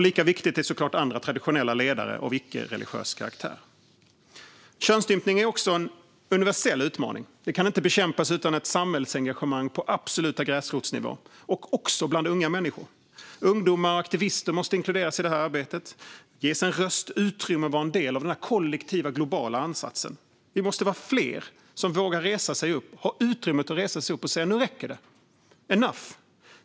Lika viktiga är såklart andra traditionella ledare av icke-religiös karaktär. Könsstympning är också en universell utmaning. Det kan inte bekämpas utan ett samhällsengagemang på absolut gräsrotsnivå, också bland unga människor. Ungdomar och aktivister måste inkluderas i detta arbete, ges en röst och utrymme och vara en del av den kollektiva globala ansatsen. Vi måste vara fler som vågar och har utrymme att resa oss upp och säga: Nu räcker det! Enough!